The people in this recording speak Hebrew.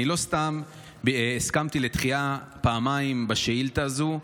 אני לא סתם הסכמתי לדחייה פעמיים בשאילתה הזו,